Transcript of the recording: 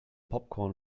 popcorn